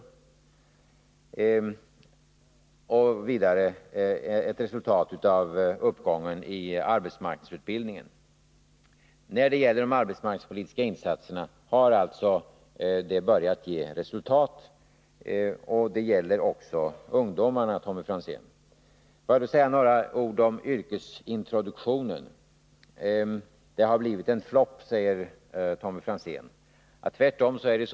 Vidare är det ett resultat av uppgången i arbetsmarknadsutbildningen. De arbetsmarknadspolitiska insatserna har alltså börjat ge resultat. Det gäller också ungdomarna, Tommy Franzén! Får jag sedan säga några ord om yrkesintroduktionen, som enligt Tommy Franzén har blivit en flopp.